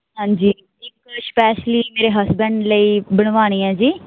ਹਾਂਜੀ ਇੱਕ ਸਪੈਸ਼ਲੀ ਮੇਰੇ ਹਸਬੈਂਡ ਲਈ ਬਣਵਾਣੀ ਐ ਜੀ